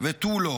ותו לא.